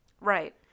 Right